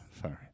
Sorry